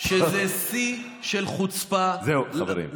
אני אומר לכם שזה שיא של חוצפה, זהו, חברים.